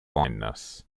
blindness